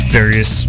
various